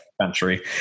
country